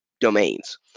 domains